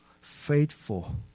faithful